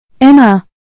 Emma